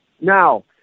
Now